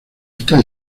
está